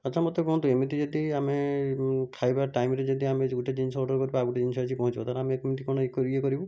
ଆଛା ମୋତେ କୁହନ୍ତୁ ଏମିତି ଯଦି ଆମେ ଖାଇବା ଟାଇମରେ ଯଦି ଆମେ ଗୋଟେ ଜିନିଷ ଅର୍ଡ଼ର କରିବୁ ଆଉ ଗୋଟେ ଜିନିଷ ଆସି ପହଞ୍ଚିବ ତାହେଲେ ଆମେ କେମିତି କ'ଣ ଇଏ କରିବୁ